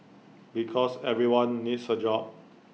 because everyone needs A job